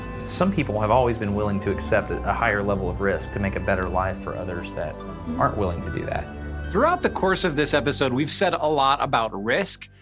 some people have always been willing to accept ah a higher level of risk to make a better life for others that aren't willing to do that. hank throughout the course of this episode. we've said a lot about risk,